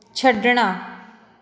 ਛੱਡਣਾ